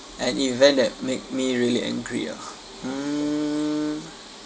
an event that make me really angry ah mm